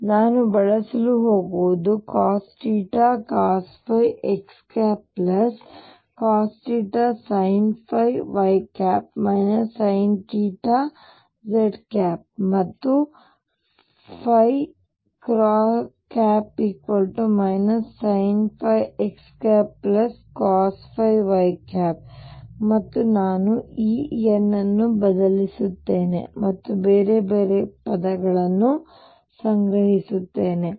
ಅದಕ್ಕಾಗಿ ನಾನು ಬಳಸಲು ಹೋಗುವುದು cosθcosϕx cosθsinϕy sinθz ಮತ್ತು sinϕx cosϕy ಮತ್ತು ನಾನು ಈ n ಅನ್ನು ಬದಲಿಸುತ್ತೇನೆ ಮತ್ತು ಬೇರೆ ಬೇರೆ ಪದಗಳನ್ನು ಸಂಗ್ರಹಿಸುತ್ತೇನೆ